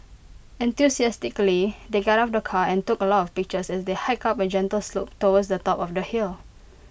enthusiastically they got out of the car and took A lot of pictures as they hiked up A gentle slope towards the top of the hill